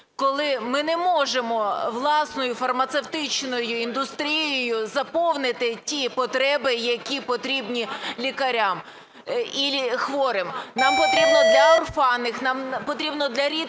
коли ми не можемо власною фармацевтичною індустрією заповнити ті потреби, які потрібні лікарям і хворим. Нам потрібно для орфанних, нам потрібно